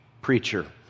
preacher